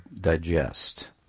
digest